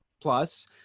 Plus